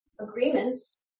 agreements